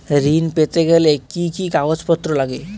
ঋণ পেতে গেলে কি কি কাগজপত্র লাগে?